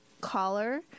collar